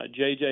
JJ